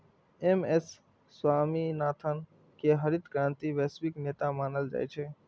M S Swaminathan कें हरित क्रांतिक वैश्विक नेता मानल जाइ छै